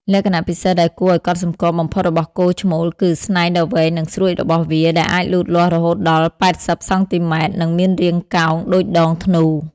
លក្ខណៈពិសេសដែលគួរឱ្យកត់សម្គាល់បំផុតរបស់គោឈ្មោលគឺ ស្នែងដ៏វែងនិងស្រួចរបស់វា ដែលអាចលូតលាស់រហូតដល់ ៨០ សង់ទីម៉ែត្រ និងមានរាងកោងដូចដងធ្នូ។